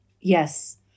Yes